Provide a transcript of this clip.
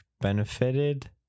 benefited